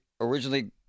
originally